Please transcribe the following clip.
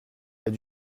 est